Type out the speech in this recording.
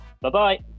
Bye-bye